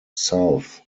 south